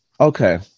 Okay